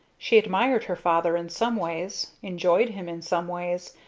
she admired her father in some ways, enjoyed him in some ways,